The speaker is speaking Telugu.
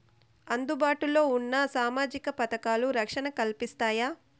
అందుబాటు లో ఉన్న సామాజిక పథకాలు, రక్షణ కల్పిస్తాయా?